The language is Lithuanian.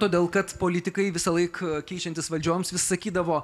todėl kad politikai visąlaik keičiantis valdžioms vis sakydavo